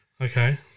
Okay